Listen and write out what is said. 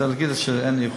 אני רוצה להגיד שאין לי איחור.